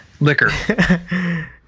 liquor